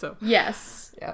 Yes